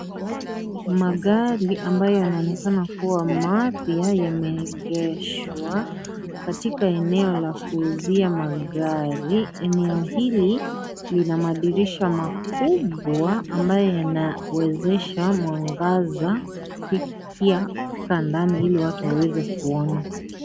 Magari ambayo yanaonekana kuwa mapya yameegheshwa katika eneo la kuuzia magari ,eneo hili lina madirisha makubwa ambayo yanawezesha mwangaza kufikia kufika ndani hili watu waweze kuona.